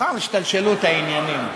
אחר השתלשלות העניינים